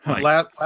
Last